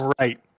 right